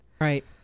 Right